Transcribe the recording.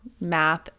math